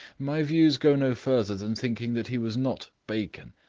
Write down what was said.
my views go no further than thinking that he was not bacon.